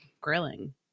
grilling